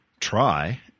try